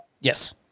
yes